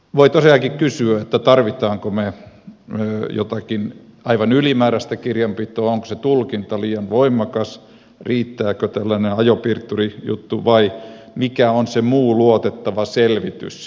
voi tosiaankin kysyä tarvitsemmeko me jotakin aivan ylimääräistä kirjanpitoa onko se tulkinta liian voimakas riittääkö tällainen ajopiirturijuttu vai mikä on se muu luotettava selvitys